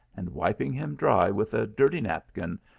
and wiping him dry with a dirty napkin,